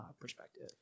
perspective